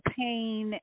pain